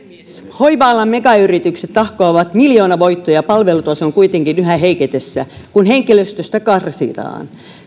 hoiva alan megayritykset tahkoavat miljoonavoittoja palvelutason kuitenkin yhä heiketessä kun henkilöstöstä karsitaan